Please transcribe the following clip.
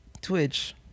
twitch